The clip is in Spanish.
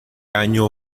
año